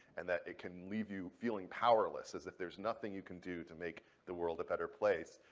and that it can leave you feeling powerless, as if there's nothing you can do to make the world a better place.